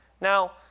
Now